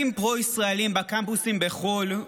התשפ"ג 2023,